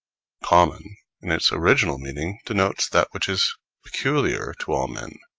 common in its original meaning denotes that which is peculiar to all men,